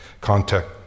contact